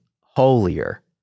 holier